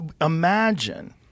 Imagine